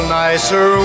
nicer